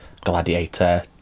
gladiator